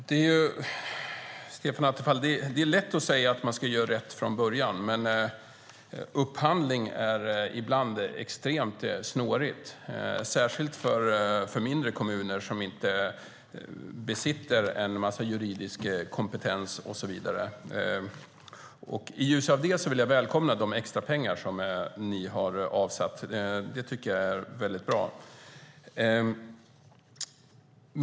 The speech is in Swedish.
Herr talman! Det är, Stefan Attefall, lätt att säga att man ska göra rätt från början. Upphandling är ibland extremt snårigt, särskilt för mindre kommuner som inte besitter en massa juridisk kompetens och så vidare. I ljuset av det vill jag välkomna de extrapengar som ni har avsatt. Det tycker jag är bra.